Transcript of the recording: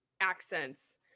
accents